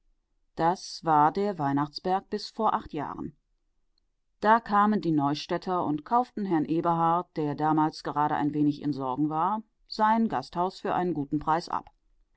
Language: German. das war der weihnachtsberg bis vor acht jahren da kamen die neustädter und kauften herrn eberhard der damals gerade ein wenig in sorgen war sein gasthaus für einen guten preis ab